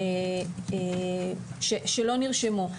שלא נרשמו.